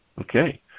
Okay